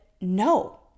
No